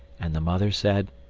and the mother said